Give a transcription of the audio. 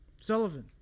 Sullivan